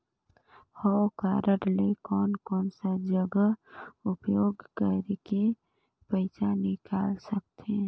हव कारड ले कोन कोन सा जगह उपयोग करेके पइसा निकाल सकथे?